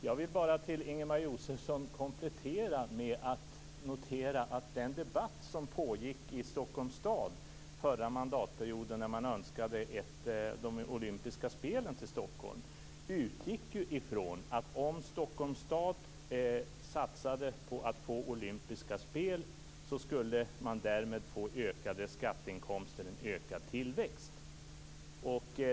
Jag vill bara till Ingemar Josefsson komplettera med att notera att debatten i Stockholms stad förra mandatperioden när man önskade få de olympiska spelen till Stockholm utgick från att om Stockholms stad satsade på att få olympiska spel skulle man därmed få ökade skatteinkomster och ökad tillväxt.